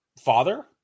father